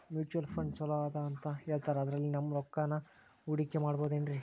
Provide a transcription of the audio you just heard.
Mutual fund ಛಲೋ ಅದಾ ಅಂತಾ ಹೇಳ್ತಾರ ಅದ್ರಲ್ಲಿ ನಮ್ ರೊಕ್ಕನಾ ಹೂಡಕಿ ಮಾಡಬೋದೇನ್ರಿ?